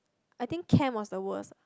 I think chem was the worst